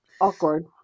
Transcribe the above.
awkward